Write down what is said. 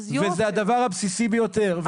זה הדבר הבסיסי ביותר.